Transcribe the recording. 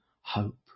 hope